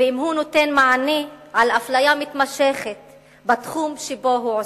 ואם הוא נותן מענה לאפליה מתמשכת בתחום שבו הוא עוסק,